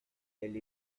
elle